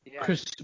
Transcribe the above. Chris